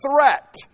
threat